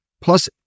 Plus